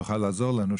תוכל לעזור להם,